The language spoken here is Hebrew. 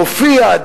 הופיע,